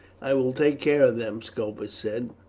i will take care of them, scopus said.